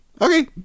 okay